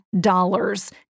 DOLLARS